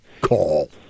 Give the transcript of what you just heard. call